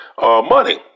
money